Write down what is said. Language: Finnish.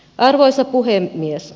arvoisa puhemies